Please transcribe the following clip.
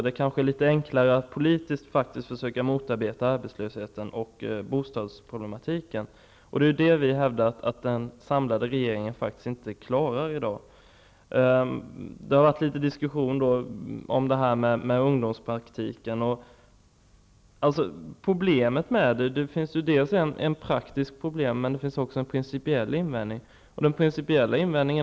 Det kan vara något enklare att politiskt försöka motarbeta arbetslösheten och lösa bostadsproblematiken. Det har varit diskussioner om ungdomspraktiken. Det finns praktiska problem med ungdomspraktiken. Men det finns också en principiell invändning.